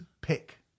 pick